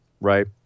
right